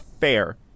fair